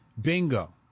Bingo